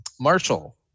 Marshall